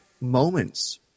moments